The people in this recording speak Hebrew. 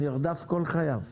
הוא נרדף כל חייו.